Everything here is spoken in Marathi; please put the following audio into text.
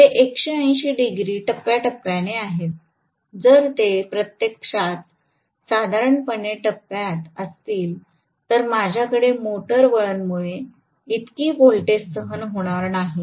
ते 180 डिग्री टप्प्याटप्प्याने आहेत जर ते प्रत्यक्षात साधारणपणे टप्प्यात असतील तर माझ्याकडे मोटर वळणमुळे इतकी व्होल्टेज सहन होणार नाही